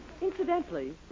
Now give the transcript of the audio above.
Incidentally